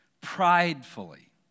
pridefully